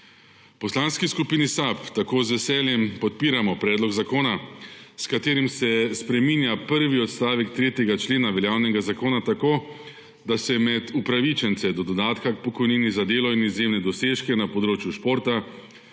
Poslanski skupini SAB tako z veseljem podpiramo predlog zakona, s katerim se spreminja prvi odstavek 3. člena veljavnega zakona tako, da se med upravičence do dodatka k pokojnini za delo in izjemne dosežke na področju športa